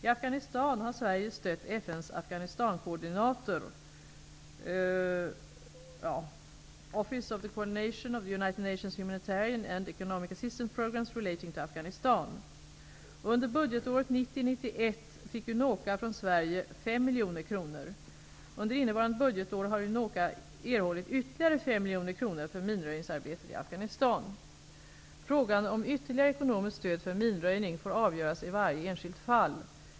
I Afghanistan har Sverige stött FN:s från Sverige 5 miljoner kronor. Under innevarande budgetår har UNOCA erhållit ytterligare 5 miljoner kronor för minröjningsarbetet i Afghanistan. Frågan om ytterligare ekonomiskt stöd för minröjning får avgöras i varje enskilt fall.